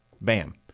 bam